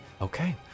Okay